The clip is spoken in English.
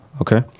Okay